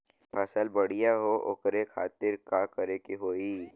फसल बढ़ियां हो ओकरे खातिर का करे के होई?